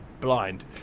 blind